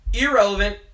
irrelevant